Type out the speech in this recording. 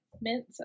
mint